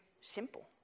simple